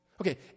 Okay